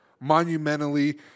Monumentally